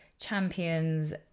champions